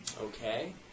Okay